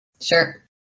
Sure